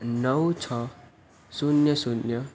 નવ છ શૂન્ય શૂન્ય